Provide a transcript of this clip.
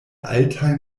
altaj